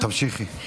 תמשיכי.